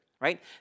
right